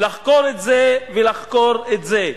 לחקור את זה ולחקור את זה.